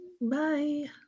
Bye